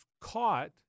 caught